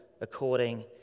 according